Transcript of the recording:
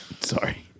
Sorry